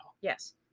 Yes